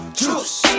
juice